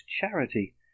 charity